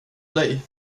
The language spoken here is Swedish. dig